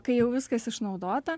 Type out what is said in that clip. kai jau viskas išnaudota